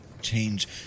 Change